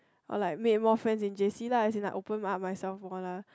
or like make more friends in j_c lah as in like open up myself more lah